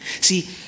See